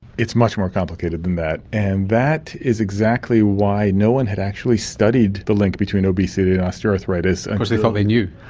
it's much more complicated than that. and that is exactly why no one had actually studied the link between obesity and osteoarthritis. because they thought they knew.